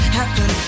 happen